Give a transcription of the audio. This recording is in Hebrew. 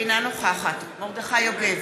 אינה נוכחת מרדכי יוגב,